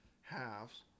halves